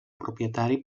propietari